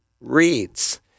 reads